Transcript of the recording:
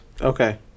okay